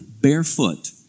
barefoot